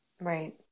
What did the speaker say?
Right